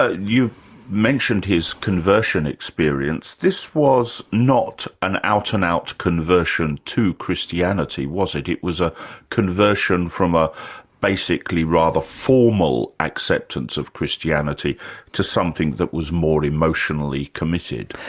ah you mentioned his conversion experience. this was not an out-and-out conversion to christianity, was it? it was a conversion from a basically rather formal acceptance of christianity to something that was more emotionally committed.